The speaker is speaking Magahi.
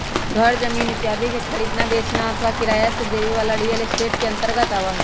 घर जमीन इत्यादि के खरीदना, बेचना अथवा किराया से देवे ला रियल एस्टेट के अंतर्गत आवा हई